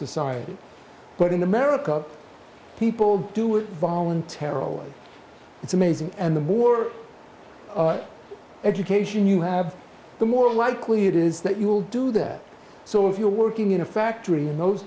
society but in america people do it voluntarily it's amazing and the more education you have the more likely it is that you will do that so if you're working in a factory in those